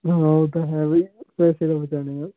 ਹਾਂ ਉਹ ਤਾਂ ਹੈ ਬਈ ਪੈਸੇ ਤਾਂ ਬਚਾਉਣੇ ਆ